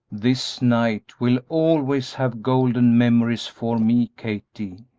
this night will always have golden memories for me, kathie,